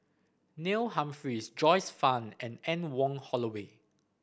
Neil Humphreys Joyce Fan and Anne Wong Holloway